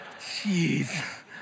Jeez